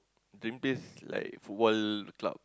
then taste like Football Club